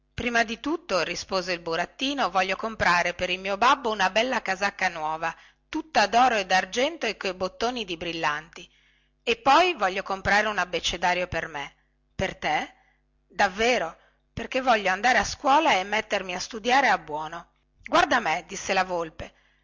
prima di tutto rispose il burattino voglio comprare per il mio babbo una bella casacca nuova tutta doro e dargento e coi bottoni di brillanti e poi voglio comprare un abbecedario per me per te davvero perché voglio andare a scuola e mettermi a studiare a buono guarda me disse la volpe